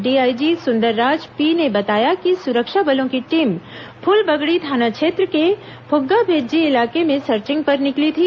DIG Sundarraj P ने बताया कि सुरक्षा बलों की टीम फूलबगड़ी थाना क्षेत्र के फुग्गामेज्जी इलाके में सर्चिंग पर निकली थी